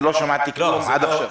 לא שמעתי כלום עד עכשיו.